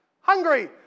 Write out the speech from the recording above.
hungry